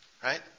Right